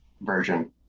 version